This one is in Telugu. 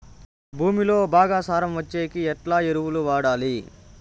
భూమిలో బాగా సారం వచ్చేకి ఎట్లా ఎరువులు వాడాలి?